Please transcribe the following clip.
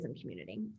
community